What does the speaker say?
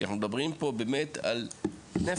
כי אנחנו מדברים פה באמת על נפש.